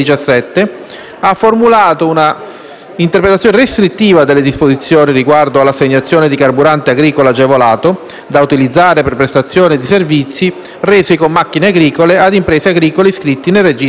un'interpretazione restrittiva delle disposizioni riguardo all'assegnazione di carburante agricolo agevolato da utilizzare per prestazioni di servizi rese con macchine agricole a imprese agricole iscritte nel registro delle imprese della camera di commercio.